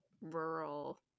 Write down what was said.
rural